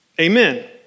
Amen